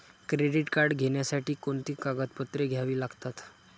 Credit card घेण्यासाठी कोणती कागदपत्रे घ्यावी लागतात?